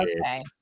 Okay